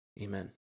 Amen